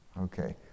Okay